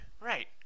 Right